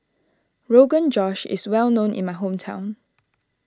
Rogan Josh is well known in my hometown